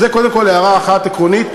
אז זו קודם כול הערה אחת עקרונית.